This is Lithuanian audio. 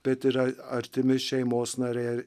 bet yra artimi šeimos nariai ar